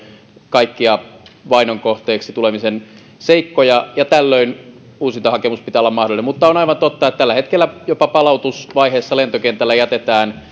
kaikkea vainon kohteeksi tulemisen seikkoja ja tällöin uusintahakemuksen pitää olla mahdollinen mutta on aivan totta että tällä hetkellä jopa palautusvaiheessa lentokentällä jätetään